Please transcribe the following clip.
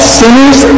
sinners